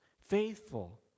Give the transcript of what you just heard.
faithful